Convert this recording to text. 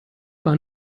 war